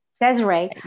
Desiree